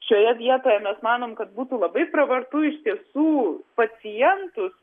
šioje vietoje mes manom kad būtų labai pravartu iš tiesų pacientus